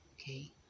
okay